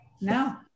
No